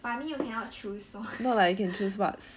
but I mean you cannot choose so